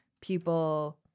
people